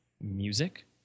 music